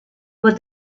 what